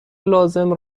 لازم